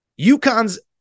UConn's